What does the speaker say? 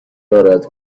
ناراحت